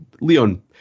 Leon